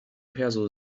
perso